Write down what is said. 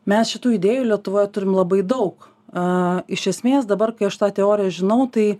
mes šitų idėjų lietuvoje turim labai daug aaa iš esmės dabar kai aš tą teoriją žinau tai